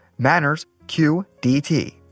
MannersQDT